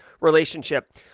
relationship